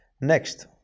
Next